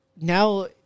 now